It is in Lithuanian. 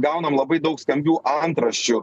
gaunam labai daug skambių antraščių